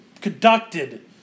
conducted